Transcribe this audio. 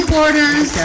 Borders